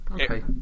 okay